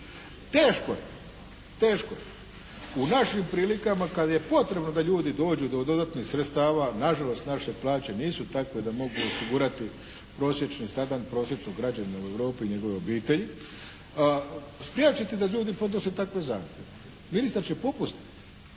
teško je u našim prilikama kad je potrebno da ljudi dođu do dodatnih sredstava, nažalost naše plaće nisu takve da mogu osigurati prosječni standard prosječnog građanina u Europi i njegove obitelji, spriječiti da ljudi podnose takve zahtjeve. Ministar će popustiti.